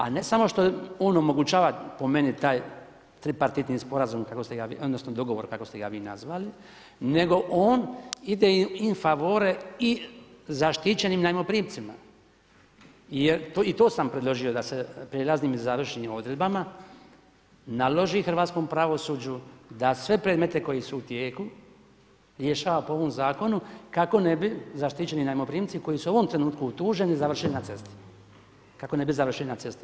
A ne samo što on omogućava po meni taj tripartitni sporazum kako ste ga vi, odnosno dogovor kako ste ga vi nazvali nego on ide in favore i zaštićenim najmoprimcima jer i to sam predložio da se prijelaznim i završnim odredbama naloži hrvatskom pravosuđu da sve predmete koji su u tijeku rješava po ovom zakonu kako ne bi zaštićeni najmoprimci koji su u ovom trenutku tuženi završe na cesti, kako ne bi završili na cesti.